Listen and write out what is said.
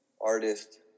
artist